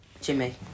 Jimmy